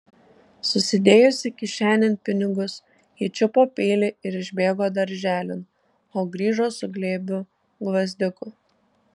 susidėjusi kišenėn pinigus ji čiupo peilį ir išbėgo darželin o grįžo su glėbiu gvazdikų